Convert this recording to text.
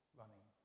running